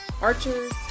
archers